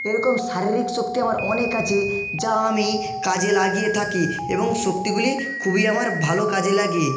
এরকম শারীরিক শক্তি আমার অনেক আছে যা আমি কাজে লাগিয়ে থাকি এবং শক্তিগুলি খুবই আমার ভালো কাজে লাগে